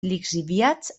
lixiviats